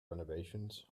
renovations